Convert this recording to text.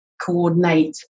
coordinate